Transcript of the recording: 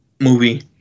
movie